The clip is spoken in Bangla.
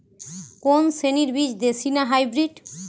কোন শ্রেণীর বীজ দেশী না হাইব্রিড?